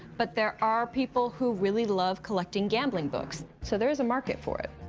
but there are people who really love collecting gambling books. so there is a market for it.